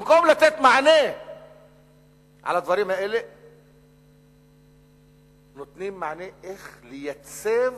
במקום לתת מענה לדברים האלה נותנים מענה איך לייצב